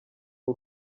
w’u